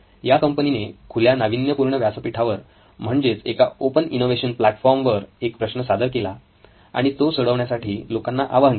या कंपनीने खुल्या नाविन्यपूर्ण व्यासपीठावर म्हणजेच एका ओपन इनोवेशन प्लॅटफॉर्म वर एक प्रश्न सादर केला आणि तो सोडवण्यासाठी लोकांना आवाहन केले